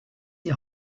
die